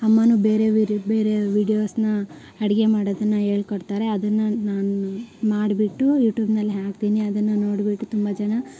ಅಮ್ಮನೂ ಬೇರೆ ಬೇರೆ ಬೇರೆ ವಿಡಿಯೋಸ್ನ ಅಡುಗೆ ಮಾಡೋದನ್ನು ಹೇಳ್ಕೊಡ್ತಾರೆ ಅದನ್ನು ನಾನು ಮಾಡಿಬಿಟ್ಟು ಯೂಟೂಬ್ನಲ್ಲಿ ಹಾಕ್ತಿನಿ ಅದನ್ನು ನೋಡಿಬಿಟ್ಟು ತುಂಬ ಜನ